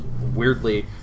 weirdly